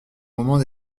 moment